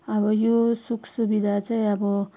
अब यो सुखसुविधा चाहिँ अब